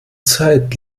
zeit